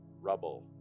rubble